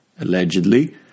Allegedly